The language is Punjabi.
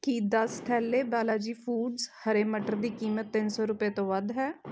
ਕੀ ਦਸ ਥੈਲੈ ਬਾਲਾਜੀ ਫੂਡਜ਼ ਹਰੇ ਮਟਰ ਦੀ ਕੀਮਤ ਤਿੰਨ ਸੌ ਰੁਪਏ ਤੋਂ ਵੱਧ ਹੈ